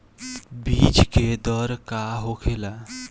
बीज के दर का होखेला?